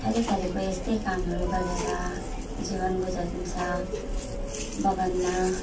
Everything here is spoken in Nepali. थरी थरीको यस्तै कामहरू गरेर जीवन गुजारिन्छ बगानमा